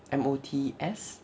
M O T S